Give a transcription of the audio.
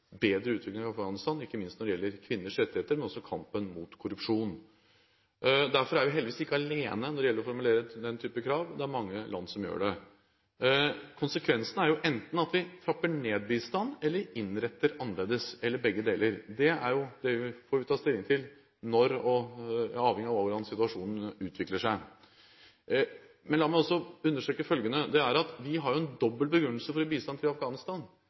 bedre utvikling i Afghanistan, ikke minst når det gjelder kvinners rettigheter, men også når det gjelder kampen mot korrupsjon. Derfor er vi heldigvis ikke alene når det gjelder å formulere den type krav. Det er mange land som gjør det. Konsekvensen er jo at vi enten trapper ned bistanden eller innretter den annerledes – eller begge deler. Det er avhengig av hvordan situasjonen utvikler seg. Men la meg også understreke følgende: Vi har en dobbelt begrunnelse for å gi bistand til Afghanistan.